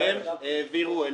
שהם העבירו אלינו.